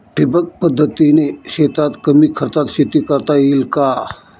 ठिबक पद्धतीने शेतात कमी खर्चात शेती करता येईल का?